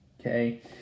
Okay